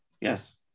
Yes